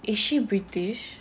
is she british